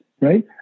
right